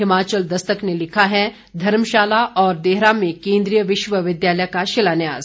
हिमाचल दस्तक ने लिखा है धर्मशाला और देहरा में केंद्रीय विश्वविद्यालय का शिलान्यास